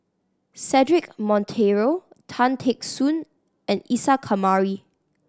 Cedric Monteiro Tan Teck Soon and Isa Kamari